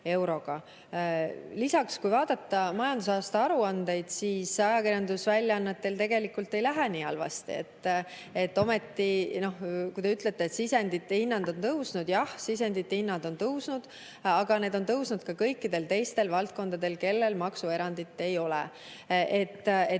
euroga. Kui vaadata majandusaasta aruandeid, siis ajakirjandusväljaannetel tegelikult ei lähe nii halvasti. Te ütlete, et sisendite hinnad on tõusnud. Jah, sisendite hinnad on tõusnud, aga need on tõusnud ka kõikides teistes valdkondades, kus maksuerandit ei ole.